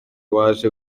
waje